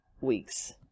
weeks